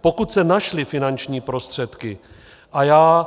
Pokud se našly finanční prostředky, a já